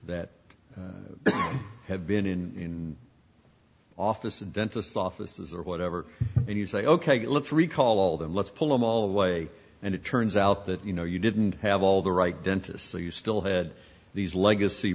that have been in office and dentists offices or whatever and you say ok let's recall them let's put them all away and it turns out that you know you didn't have all the right dentist so you still had these legacy